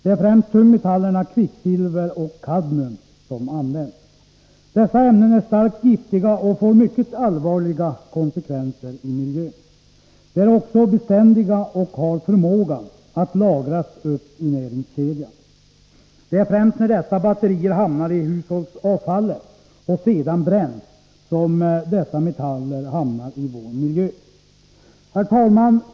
Det är främst tungmetallerna kvicksilver och kadmium som används. Dessa ämnen är starkt giftiga och får mycket allvarliga konsekvenser i miljön. De är också beständiga och har förmågan att lagras upp i näringskedjan. Det är främst när batterierna hamnar i hushållsavfallet och sedan bränns som dessa metaller hamnar i vår miljö. Herr talman!